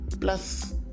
Plus